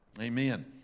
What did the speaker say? Amen